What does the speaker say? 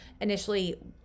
initially